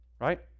Right